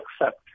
accept